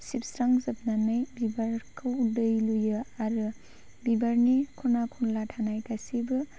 सिबस्रांजोबनानै बिबारखौ दै लुयो आरो बिबारनि खना खनला थानाय गासैबो